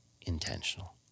intentional